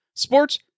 Sports